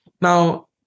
Now